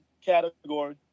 category